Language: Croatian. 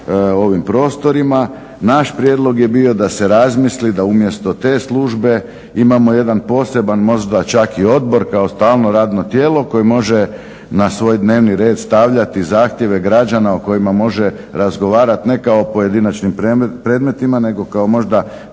ovim prostorima. Naš prijedlog je bio da se razmisli da umjesto te službe imamo jedan poseban možda čak i odbor kao stalno radno tijelo koje može na svoj dnevni red stavljati zahtjeve građana o kojima može razgovarati. Ne kao pojedinačnim predmetima nego kao možda